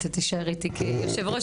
אתה תישאר אתי כיושב-ראש